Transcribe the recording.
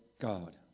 God